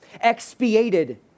expiated